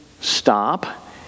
stop